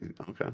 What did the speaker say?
Okay